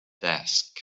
desk